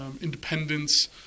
independence